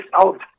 out